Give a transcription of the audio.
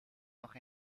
nog